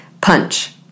punch